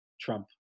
Trump